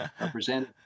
represent